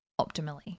optimally